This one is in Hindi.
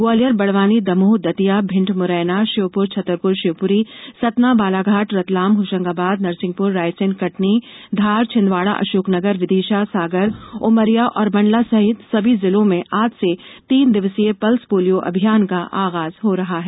ग्वालियर बड़वानी दमोह दतिया भिण्ड मुरैना श्योपुर छतरपुर शिवपुरी सतना बालाघाट रतलाम होशंगाबाद नरसिंहपुर रायसेन कटनी धार छिंदवाड़ा अशोकनगर विदिशा सागर उमरिया और मंडला सहित सभी जिलों में आज से तीन दिवसीय पल्स पोलियो अभियान का आगाज हो रहा है